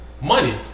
money